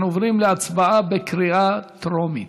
אנחנו עוברים להצבעה בקריאה טרומית.